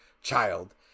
child